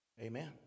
Amen